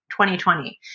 2020